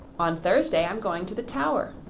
on thursday i am going to the tower.